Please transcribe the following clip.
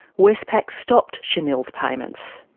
westpac stopped shanil's payments.